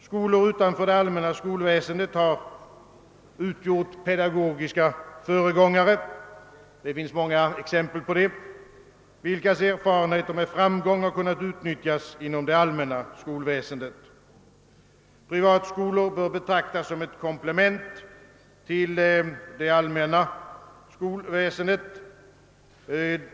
Skolor utanför det allmänna skolväsendet har varit pedagogiska föregångare — det finns många exempel på det — vilkas erfarenheter med framgång har kunnat utnyttjas inom det allmänna skolväsendet. Privatskolor skall betraktas som ett komplement till det allmänna skolväsendet.